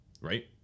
right